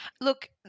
Look